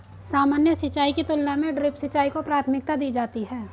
सामान्य सिंचाई की तुलना में ड्रिप सिंचाई को प्राथमिकता दी जाती है